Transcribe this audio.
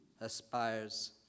aspires